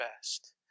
best